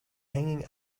hanging